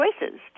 choices